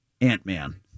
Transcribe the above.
Ant-Man